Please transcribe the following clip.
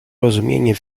rozumienie